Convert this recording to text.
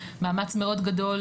מאמץ מאוד גדול,